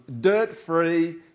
dirt-free